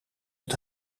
het